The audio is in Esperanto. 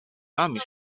amis